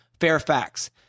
Fairfax